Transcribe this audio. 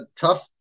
tough